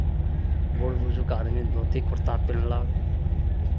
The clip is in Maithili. बूढ़ बुजुर्ग आदमी धोती कुर्ता पेन्हलक